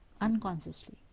unconsciously